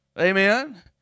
Amen